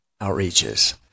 outreaches